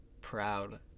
Proud